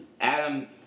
Adam